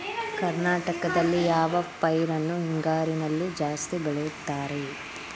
ಕರ್ನಾಟಕದಲ್ಲಿ ಯಾವ ಪೈರನ್ನು ಹಿಂಗಾರಿನಲ್ಲಿ ಜಾಸ್ತಿ ಬೆಳೆಯುತ್ತಾರೆ?